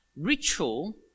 ritual